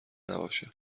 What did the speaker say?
نباشه